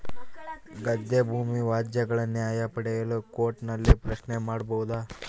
ಗದ್ದೆ ಭೂಮಿ ವ್ಯಾಜ್ಯಗಳ ನ್ಯಾಯ ಪಡೆಯಲು ಕೋರ್ಟ್ ನಲ್ಲಿ ಪ್ರಶ್ನೆ ಮಾಡಬಹುದಾ?